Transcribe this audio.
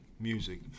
music